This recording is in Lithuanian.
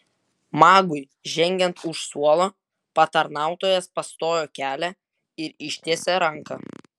magui žengiant už suolo patarnautojas pastojo kelią ir ištiesė ranką